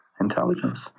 Intelligence